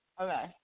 Okay